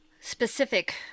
specific